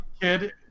kid